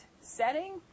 setting